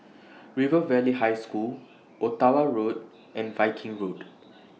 River Valley High School Ottawa Road and Viking Road